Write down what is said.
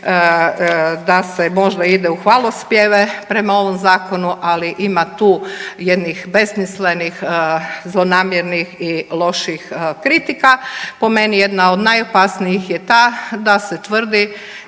da se možda ide u hvalospjeve prema ovom zakonu, ali ima tih jednih besmislenih zlonamjernih i loših kritika. Po meni jedna od najopasnijih je ta da se tvrdi